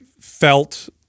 felt